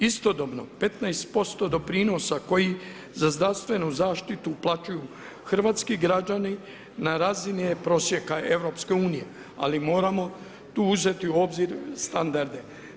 Istodobno 15% doprinosa koji za zdravstvenu zaštitu uplaćuju hrvatski građani na razini je prosjeka EU, ali moramo tu uzeti u obzir standarde.